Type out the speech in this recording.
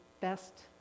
best